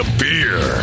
beer